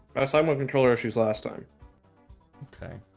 aside my controller issues last time okay,